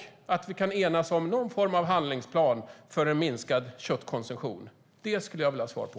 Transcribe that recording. Kan vi enas om någon form av handlingsplan för en minskad köttkonsumtion? Det skulle jag vilja ha svar på.